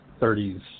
30s